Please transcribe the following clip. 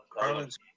carlin's